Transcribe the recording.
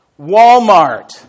Walmart